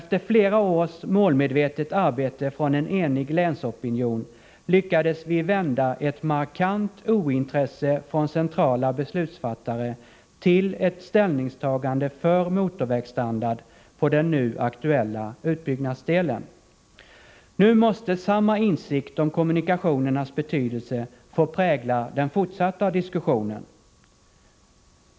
Efter flera års målmedvetet arbete från en enig länsopinion lyckades vi vända ett markant ointresse hos centrala beslutsfattare till ett ställningstagande för motorvägsstandard på den nu aktuella utbyggnadsdelen. Nu måste samma insikt om kommunikationernas betydelse få prägla den fortsatta diskussionen.